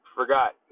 forgot